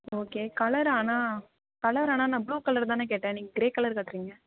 okay colour ஆனால் colour ஆனால் நான் ப்ளூ கலர் தானே கேட்டேன் நீங்கள் க்ரே கலர் காட்டுறீங்க